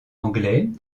anglais